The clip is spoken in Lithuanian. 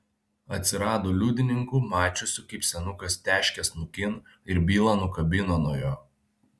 atsirado liudininkų mačiusių kaip senukas teškia snukin ir bylą nukabino nuo jo